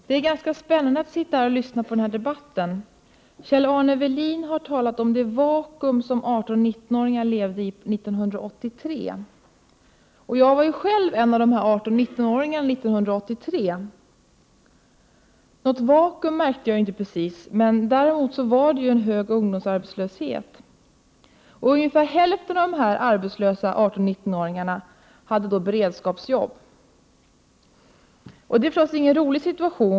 Herr talman! Det är ganska spännande att sitta här och lyssna till debatten. Kjell-Arne Welin har talat om det vakuum som 18—19-åringar levde i 1983. Jag var själv en av de här 18—19-åringarna 1983. Något vakuum märkte jag inte precis. Däremot var det en stor ungdomsarbetslöshet. Ungefär hälften av de arbetslösa 18—19-åringarna hade då beredskapsjobb.